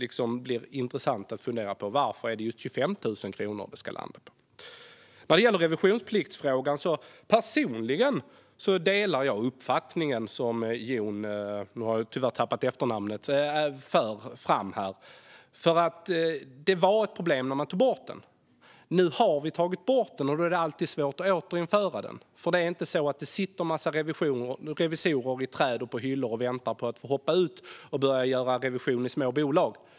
Det är intressant att fundera på varför det är just 25 000 kronor det ska landa på. När det gäller frågan om revisionsplikt delar jag personligen den uppfattning som Jon förde fram. Det var ett problem att den togs bort. Nu har vi tagit bort den, och då är det svårt att återinföra den. Det sitter inte en massa revisorer i träd och på hyllor som väntar på att få hoppa ut och börja göra revision i små bolag.